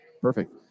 perfect